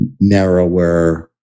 narrower